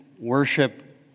worship